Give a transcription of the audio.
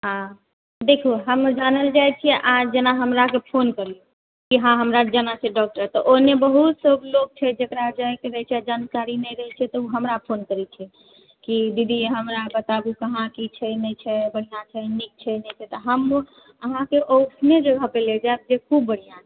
हँ देखू हम जानल जाइ छियै जेना अहाँ हमरा फोन केलियै कि हमरा जेना छै डॉक्टर लग तऽ ओहने बहुत सारा लोक छै जेकरा जाय के रहै छै जानकारी नहि रहै छै तऽ ओ हमरा फोन करै छै कि दीदी हमरा बताबु कहाँ की छै नहि छै बढ़िऑं छै नीक छै नहि छै तऽ हम अहाँकेॅं ओइसने जगह पे लए जाएब जे खूब बढ़िऑं छै